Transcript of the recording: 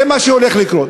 זה מה שהולך לקרות.